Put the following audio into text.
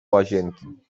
łazienki